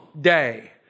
day